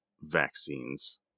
vaccines